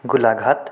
Golaghat